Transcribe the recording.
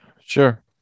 Sure